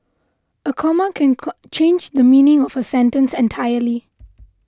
a comma can change the meaning of a sentence entirely